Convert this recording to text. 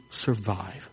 survive